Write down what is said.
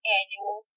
annual